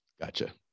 Gotcha